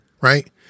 Right